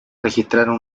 registraron